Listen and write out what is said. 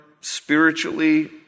spiritually